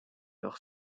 leur